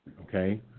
okay